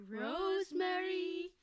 Rosemary